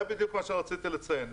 זה בדיוק מה שרציתי לציין.